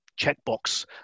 checkbox